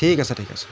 ঠিক আছে ঠিক আছে